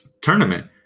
tournament